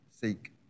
seek